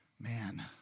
man